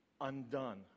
undone